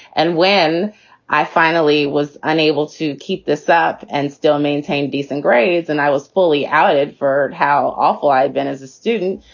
and when i finally was unable to keep this up and still maintain decent grades and i was fully outed for how awful i'd been as a student.